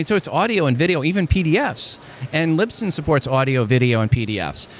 so it's audio and video, even pdfs, and libsyn supports audio, video, and pdfs.